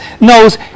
knows